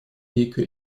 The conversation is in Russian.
гейка